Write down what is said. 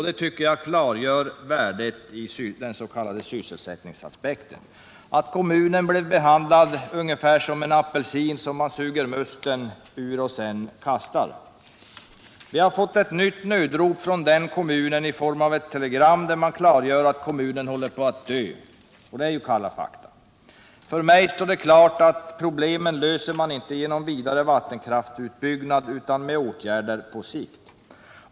Det klargör värdet av sysselsättningsaspekten. Kommunen blev behandlad ungefär som en apelsin, som man suger saften ur och sedan kastar. Vi har fått ett nytt nödrop från Jokkmokks kommun i form av ett telegram, vari klargörs att kommunen håller på att dö. Det är kalla fakta. För mig står det klart att problemen inte löses genom vidare vattenkraftsutbyggnad utan med åtgärder på sikt.